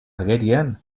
agerian